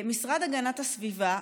המשרד להגנת הסביבה,